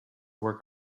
work